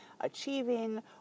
achieving